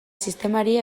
sistemari